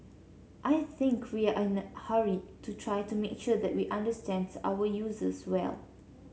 I think we are in a hurry to try to make sure that we understand our users well